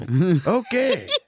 Okay